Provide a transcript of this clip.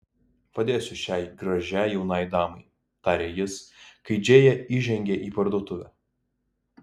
padėsiu šiai gražiai jaunai damai tarė jis kai džėja įžengė į parduotuvę